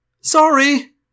Sorry